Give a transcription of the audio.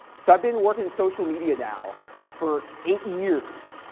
so i've been working at social media now for eight years,